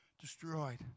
destroyed